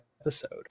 episode